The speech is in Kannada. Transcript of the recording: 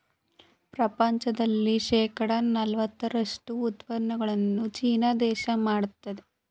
ಪ್ರಪಂಚದ ಶೇಕಡ ನಲವತ್ತರಷ್ಟು ಉತ್ಪಾದನೆಯನ್ನು ಚೀನಾ ದೇಶ ಮಾಡುತ್ತಿದೆ